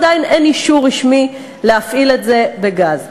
עדיין אין אישור רשמי להפעיל אוטובוסים בגז.